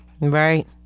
right